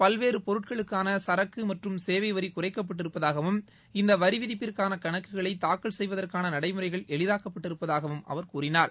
பல்வேறு பொருட்களுக்கான சரக்கு மற்றும் சேவை வரி குறைக்கப்பட்டிருப்பதாகவும் இந்த வரி விதிப்பிற்கான கணக்குகளை தாக்கல் செய்வதற்கான நடைமுறைகள் எளிதாக்கப்பட்டிருப்பதாகவும் அவர் கூறினார்